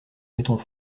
mettons